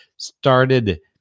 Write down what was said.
started